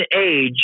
age